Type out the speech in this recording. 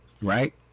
Right